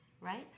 Right